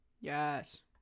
yes